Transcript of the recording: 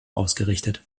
ausgerichtet